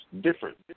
different